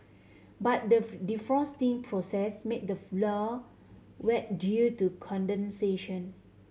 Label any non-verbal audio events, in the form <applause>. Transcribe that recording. but the <unintelligible> defrosting process made the floor wet due to condensation